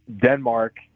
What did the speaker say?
Denmark